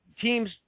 Teams